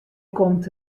komt